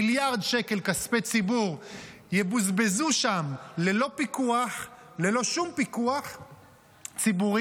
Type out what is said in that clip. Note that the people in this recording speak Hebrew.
מיליארד שקל כספי ציבור יבוזבזו שם ללא שום פיקוח ציבורי.